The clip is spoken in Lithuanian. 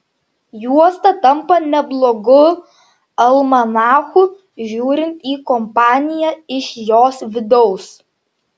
juosta tampa neblogu almanachu žiūrint į kompaniją iš jos vidaus